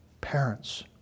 parents